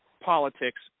politics